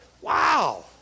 Wow